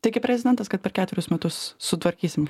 tiki prezidentas kad per ketverius metus sutvarkysim